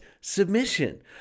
submission